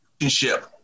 relationship